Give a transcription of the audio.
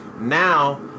Now